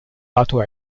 lato